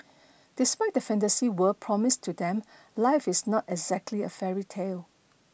despite the fantasy world promised to them life is not exactly a fairy tale